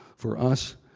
for us,